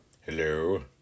Hello